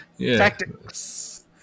Tactics